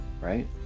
right